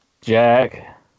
Jack